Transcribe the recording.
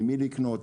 ממי לקנות,